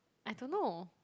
I don't know